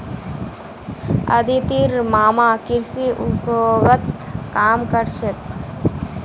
अदितिर मामा कृषि उद्योगत काम कर छेक